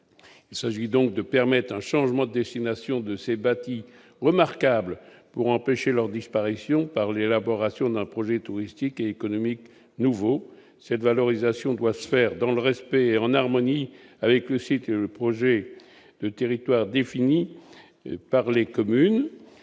Il s'agit donc de permettre un changement de destination de ces bâtis remarquables pour empêcher leur disparition par l'élaboration d'un projet touristique et économique nouveau. Cette valorisation doit se faire dans le respect et en harmonie avec le site et le projet de territoire définis par les communes.